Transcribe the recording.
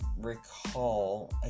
Recall